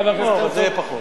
חבר הכנסת הרצוג,